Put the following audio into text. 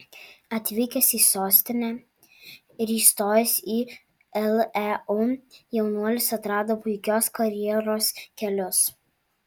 atvykęs į sostinę ir įstojęs į leu jaunuolis atrado puikios karjeros kelius